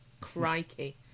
crikey